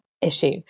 issue